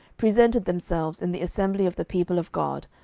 presented themselves in the assembly of the people of god,